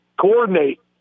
Coordinate